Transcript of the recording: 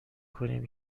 کنیم